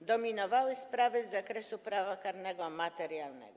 dominowały sprawy z zakresu prawa karnego materialnego.